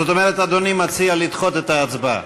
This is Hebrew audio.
זאת אומרת, אדוני מציע לדחות את ההצבעה.